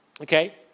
Okay